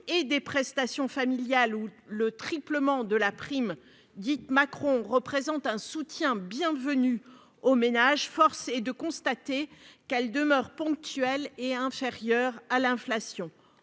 et des prestations familiales ou le triplement du plafond de la prime dite Macron, représentent un soutien bienvenu aux ménages, force est de constater qu'elles demeurent ponctuelles et inférieures à l'inflation.